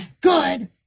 good